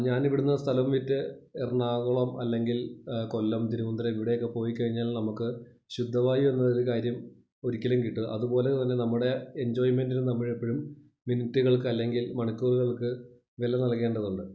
ഞാൻ ഇവിടെ നിന്ന് സ്ഥലം വിറ്റ് എറണാകുളം അല്ലെങ്കില് കൊല്ലം തിരുവനന്തപുരം ഇവിടെയൊക്കെ പോയിക്കഴിഞ്ഞാല് നമുക്ക് ശുദ്ധ വായു എന്ന ഒരു കാര്യം ഒരിക്കലും കിട്ടില്ല അതുപോലെ തന്നെ നമ്മുടെ എന്ജോയ്മെന്റിന് നമ്മൾ എപ്പോഴും മിനിറ്റുകള്ക്ക് അല്ലെങ്കില് മണിക്കൂറുകള്ക്ക് വില നല്കേണ്ടതുണ്ട്